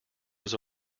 was